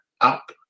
up